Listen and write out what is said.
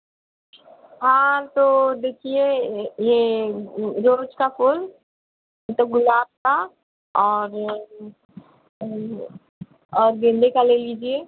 हाँ तो देखिए यह यह जो रोज़ का फूल यह तो गुलाब का और और गेंदे का ले लीजिए